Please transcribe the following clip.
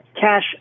cash